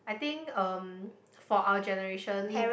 I think um for our generation